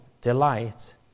delight